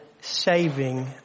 saving